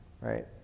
Right